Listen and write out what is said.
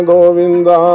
Govinda